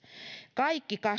kaikki